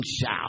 shout